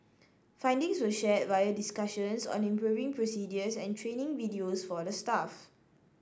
findings were shared via discussions on improving procedures and training videos for the staff